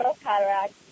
cataracts